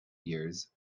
years